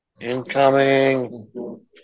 Incoming